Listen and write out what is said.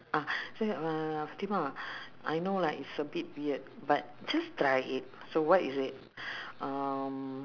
ah say uh fatimah I know like it's a bit weird but just try it so what is it um